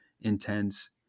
intense